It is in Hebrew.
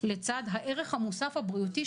לצד הערך המוסף הבריאותי,